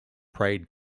prayed